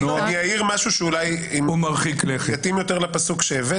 אני אעיר משהו שאולי אינו מרחיק לכת ומתאים יותר לפסוק שהבאת.